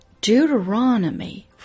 Deuteronomy